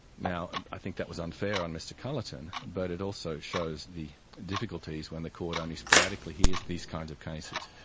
and i think that was unfair on mr culleton, but it also shows the difficulties when the court only sporadically hears these kinds of cases.